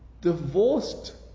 divorced